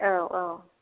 औ औ